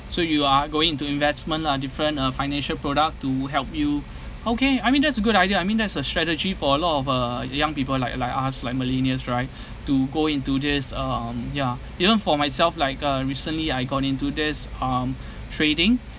so you are going into investment lah different uh financial product to help you okay I mean that's a good idea I mean that's a strategy for a lot of uh young people like like us like millennials right to go into this um ya even for myself like uh recently I got into this um trading